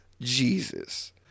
Jesus